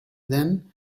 then